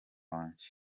wanjye